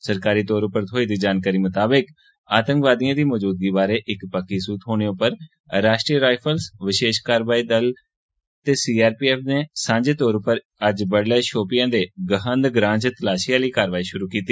सरकारी तौर उप्पर थ्होई दी जानकारी मताबक आतंकवादिएं दी मजूदगी बारे इक पक्की सूह् थ्होने उप्पर राश्ट्रीय रायफल्स बशेष कारवाई दल एसओजी ते सीआरपीएफ नै सांझे तौर उप्पर अज्ज बडलै शोपियां दे गहंद ग्रां च तलाशी आली कारवाई शुरू कीती